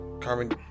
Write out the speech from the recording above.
Carmen